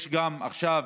יש גם עכשיו,